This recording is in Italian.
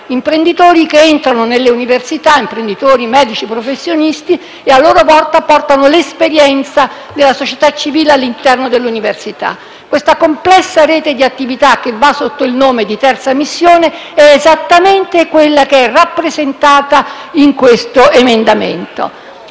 professionisti che entrano nelle università, e a loro volta portano l'esperienza della società civile all'interno dell'università. Questa complessa rete di attività che va sotto il nome di terza missione è esattamente quella rappresentata in questo emendamento